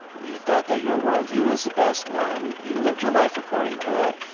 you thought that your worldview was the best one, you lived your life according to it,